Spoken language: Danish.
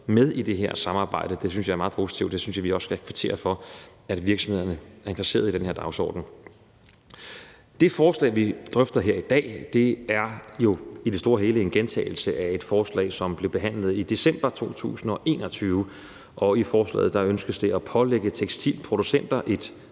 med i det her samarbejde. Det synes jeg er meget positivt, og det synes jeg vi også skal kvittere for, altså at virksomhederne er interesseret i den her dagsorden. Kl. 13:41 Det forslag, vi drøfter her i dag, er jo i det store og hele en gentagelse af et forslag, som blev behandlet i december 2021, og i forslaget ønskes det at pålægge tekstilproducenter et